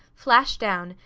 flashed down,